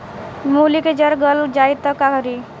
मूली के जर गल जाए त का करी?